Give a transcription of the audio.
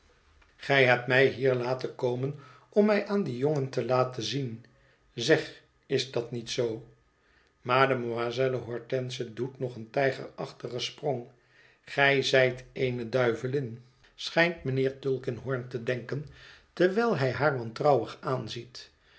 gij hebt mij hier laten kometn om mij aan dien jongen te laten zien zeg is dat niet zoo mademoiselle hortense doet nog een tijgerachtigen sprong gij zijt eene duivelin i schijnt mijnheer tulkinghorn te denken terwijl hij haar wantrouwig aanziet